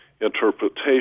interpretation